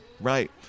right